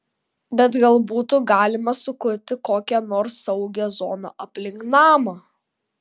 bet gal būtų galima sukurti kokią nors saugią zoną aplink namą